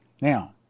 Now